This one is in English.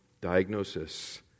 diagnosis